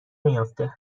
میافته